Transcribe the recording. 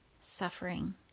Suffering